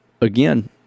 again